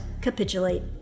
capitulate